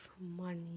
money